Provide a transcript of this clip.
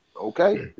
Okay